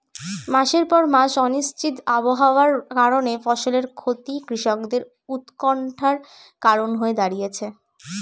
মাসের পর মাস অনিশ্চিত আবহাওয়ার কারণে ফসলের ক্ষতি কৃষকদের উৎকন্ঠার কারণ হয়ে দাঁড়িয়েছে